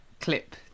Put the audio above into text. Clip